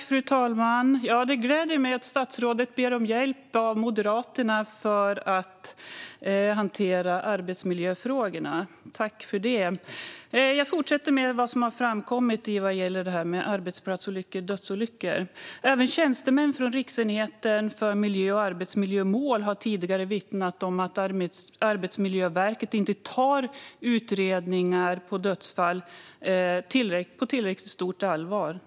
Fru talman! Det gläder mig att statsrådet ber Moderaterna om hjälp med att hantera arbetsmiljöfrågorna. Jag vill tacka för det. Jag fortsätter med att tala om det som har framkommit om arbetsplatsolyckor och dödsolyckor. Även tjänstemän från Riksenheten för miljö och arbetsmiljömål har tidigare vittnat om att Arbetsmiljöverket inte tar utredningar av dödsfall på tillräckligt stort allvar.